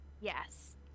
Yes